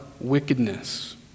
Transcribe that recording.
wickedness